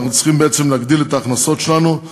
אנחנו צריכים בעצם להגדיל את ההכנסות שלנו,